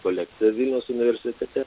kolekcija vilniaus universitete